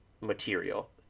material